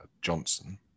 Johnson